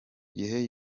gihe